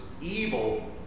evil